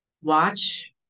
Watch